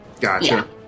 Gotcha